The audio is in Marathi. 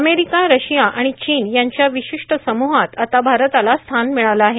अमेरिका रशिया आणि चीन यांच्या विशिष्ट समुहात आता भारताला स्थान मिळालं आहे